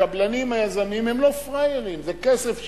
הקבלנים, היזמים, הם לא פראיירים, זה כסף שלהם,